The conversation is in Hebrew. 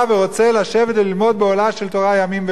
לשבת וללמוד באוהלה של תורה ימים ולילות?